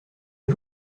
les